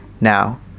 Now